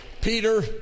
Peter